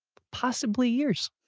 possibly years,